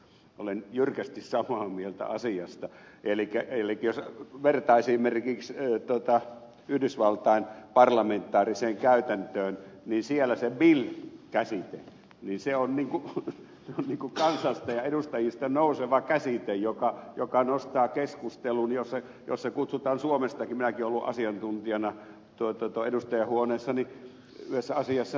olen jyrkästi samaa mieltä asiasta elikkä jos vertaa esimerkiksi yhdysvaltain parlamentaariseen käytäntöön niin siellä se bill käsite on kansasta ja edustajista nouseva käsite joka nostaa asian keskusteluun johon kutsutaan suomestakin minäkin olen ollut asiantuntijana edustajainhuoneessa yhdessä asiassa